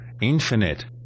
infinite